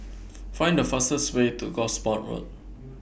Find The fastest Way to Gosport Road